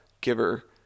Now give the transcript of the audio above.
giver